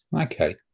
okay